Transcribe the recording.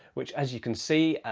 which as you can see,